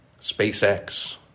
SpaceX